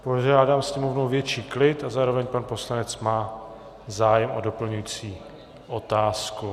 Požádám sněmovnu o větší klid a zároveň pan poslanec má zájem o doplňující otázku.